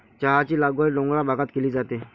चहाची लागवड डोंगराळ भागात केली जाते